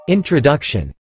Introduction